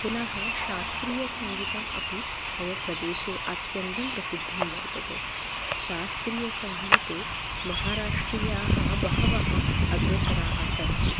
पुनः शास्त्रीयसङ्गीतम् अपि मम प्रदेशे अत्यन्तं प्रसिद्धं वर्तते शास्त्रीयसङ्गीते महाराष्ट्रीयाः बहवः अग्रेसराः सन्ति